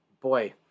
boy